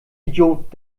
idiot